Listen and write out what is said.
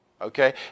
Okay